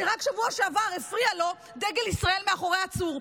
שרק בשבוע שעבר הפריע לו דגל ישראל מאחורי עצור.